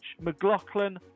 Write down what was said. McLaughlin